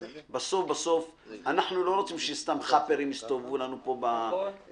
בסוף בסוף אנחנו לא רוצים שסתם חאפרים יסתובבו לנו בתחום.